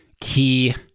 key